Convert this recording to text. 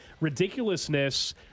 ridiculousness